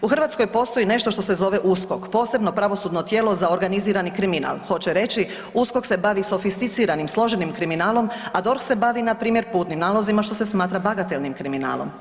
U Hrvatskoj postoji nešto što se zove USKOK, posebno pravosudno tijelo za organizirani kriminal, hoće reći USKOK se bavi sofisticiranim složenim kriminalom, a DORH se bavi npr. putnim nalozima, što se smatra bagatelnim kriminalom.